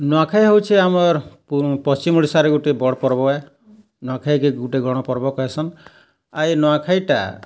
ନୂଆଖାଇ ହେଉଛେ ଆମର୍ ପଶ୍ଚିମ ଓଡ଼ିଶାର ଗୁଟେ ବଡ଼୍ ପର୍ବ ହେଁ ନୂଆଖାଇକେ ଗୁଟେ ଗଣପର୍ବ୍ କହେସନ୍ ଆଉ ଏଇ ନୂଆଖାଇଟା